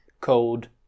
code